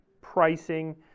pricing